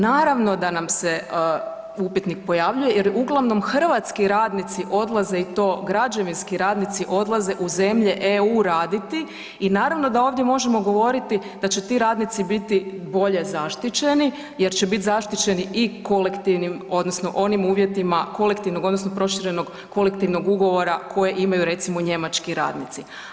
Naravno da nam se upitnik pojavljuje jer uglavnom hrvatski radnici odlaze i to građevinski radnici odlaze u zemlje EU raditi i naravno da ovdje možemo govoriti da će ti radnici biti bolje zaštićeni jer će biti zaštićeni i kolektivnim odnosno onim uvjetima kolektivnog odnosno proširenog Kolektivnog ugovora koje imaju, recimo, njemački radnici.